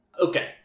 Okay